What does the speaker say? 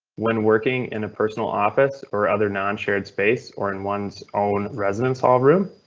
when working in a personal office or other non shared space or in one's own residence hall room.